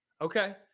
Okay